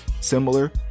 similar